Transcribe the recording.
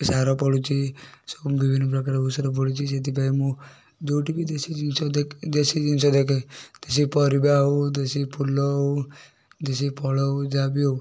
ସାର ପଡ଼ୁଛି ସବୁ ବିଭିନ୍ନ ପ୍ରକାର ଔଷଦ ପଡ଼ୁଛି ସେଥିପାଇଁ ମୁଁ ଯେଉଁଠି ବି ଦେଶୀ ଜିନିଷ ଦେ ଦେଶୀ ଜିନିଷ ଦେଖେ ଦେଶୀ ପରିବା ହେଉ ଦେଶୀ ଫୁଲ ହେଉ ଦେଶୀ ଫଳ ହେଉ ଯାହା ବି ହେଉ